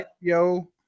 yo